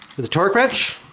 with a torque wrench